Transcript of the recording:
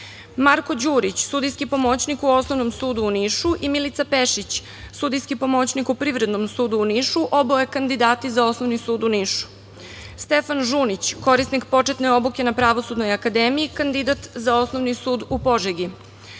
Marko Đurić, sudijski pomoćnik u Osnovnom sudu u Nišu i Milica Pešić, sudijski pomoćnik u Privrednom sudu u Nišu – oboje kandidati za Osnovni sud u Nišu; Stefan Žunić, korisnik početne obuke na Pravosudnoj akademiji, kandidat za Osnovni sud u Požegi,